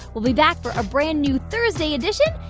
we'll be back for a brand new thursday edition.